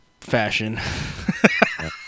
fashion